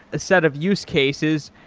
instead of use cases.